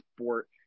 sport